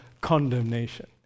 condemnation